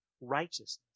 righteousness